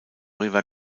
river